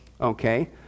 Okay